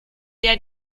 der